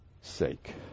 sake